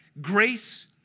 Grace